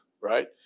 Right